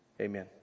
Amen